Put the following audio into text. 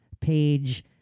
page